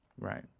Right